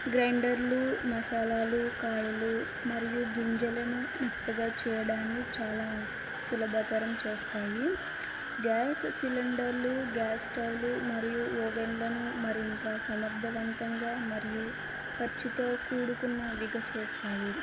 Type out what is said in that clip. గ్రైండర్లు మసాలాలు కాయలు మరియు గింజలను మెత్తగా చేయడానికి చాలా సులభతరం చేస్తాయి గ్యాస్ సిలిండర్లు గ్యాస్ స్టవ్లు మరియు ఓవెన్లను మరింత సమర్థవంతంగా మరియు ఖర్చుతో కూడుకున్నవిగా చేస్తాయి